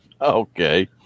Okay